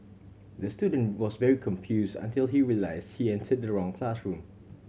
the student was very confused until he realised he entered the wrong classroom